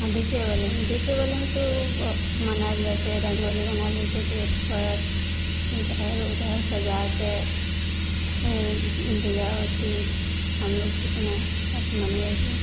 हँ दीपेवली दीपेवलीमे तऽ ओ मनाएल जाइ छै रङ्गोली बनाएल जाइ छै गेटपर इधर उधर सजाके हुँ दीआबाती हमलोक कतनासे मनबै हिए